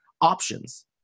options